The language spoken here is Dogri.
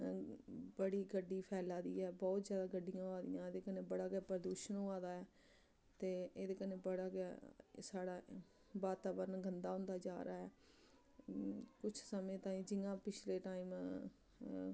बड़ी गड्डी फैला दी ऐ बहुत ज्यादा गड्डियां होआ दियां एह्दे कन्नै बड़ा गै प्रदूशन होआ दा ऐ ते एह्दे कन्नै बड़ा गै साढ़ा वातावरण गंदा होंदा जा रहा ऐ कुछ समें ताईं जि'यां पिछले टाइम